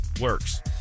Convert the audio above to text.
works